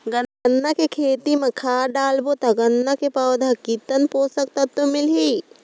गन्ना के खेती मां खाद डालबो ता गन्ना के पौधा कितन पोषक तत्व मिलही?